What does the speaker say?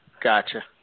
Gotcha